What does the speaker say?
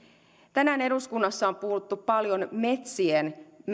tänään eduskunnassa on puhuttu paljon metsien